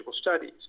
studies